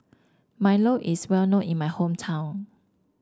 Milo is well known in my hometown